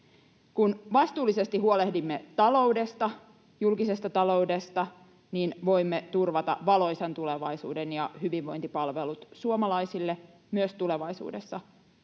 Kun vastuullisesti huolehdimme julkisesta taloudesta, niin voimme turvata valoisan tulevaisuuden ja hyvinvointipalvelut suomalaisille myös tulevaisuudessa.